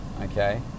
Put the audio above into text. okay